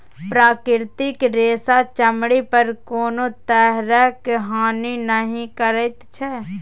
प्राकृतिक रेशा चमड़ी पर कोनो तरहक हानि नहि करैत छै